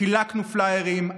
חילקנו פליירים,